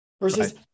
versus